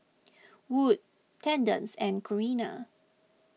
Wood Thaddeus and Corrina